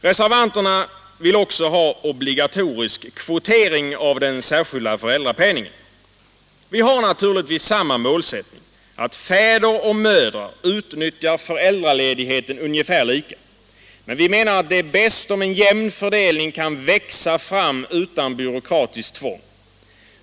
Reservanterna vill också ha obligatorisk kvotering av den särskilda föräldrapenningen. Vi har naturligtvis samma målsättning — att fäder och mödrar utnyttjar föräldraledigheten ungefär lika mycket. Men vi menar att det är bäst om en jämn fördelning kan växa fram utan byråkratiskt tvång.